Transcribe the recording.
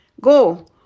Go